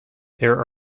there